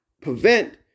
prevent